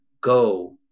go